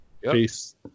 Peace